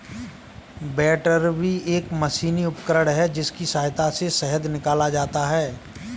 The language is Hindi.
बैटरबी एक मशीनी उपकरण है जिसकी सहायता से शहद निकाला जाता है